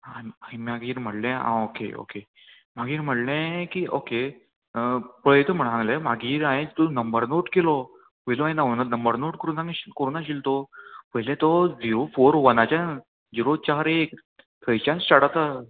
आनी मागीर म्हणलें आं ओके ओके मागीर म्हणलें की ओके पळयता म्हण सांगलें मागीर हांवें तुजो नंबर नोट केलो पयलू हांवें ना नंबर नोट करूं नाशि करूं नाशिल्लो तो पयल्या तो जिरो फोर वनाच्यान झिरो चार एक थंयच्यान स्टार्ट आसा